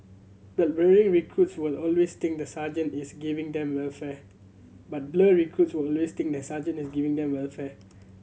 but recruits will always think the sergeant is giving them welfare but blur recruits will always think the sergeant is giving them welfare